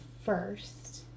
first